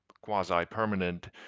quasi-permanent